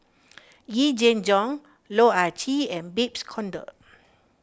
Yee Jenn Jong Loh Ah Chee and Babes Conde